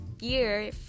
year